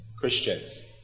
Christians